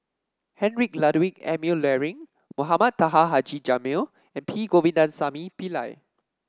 Heinrich Ludwig Emil Luering Mohamed Taha Haji Jamil and P Govindasamy Pillai